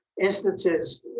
instances